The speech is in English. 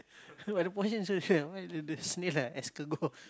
but the portion so why the the snail like escargot